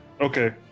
Okay